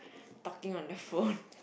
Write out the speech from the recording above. talking on the phone